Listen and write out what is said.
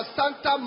Santa